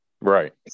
Right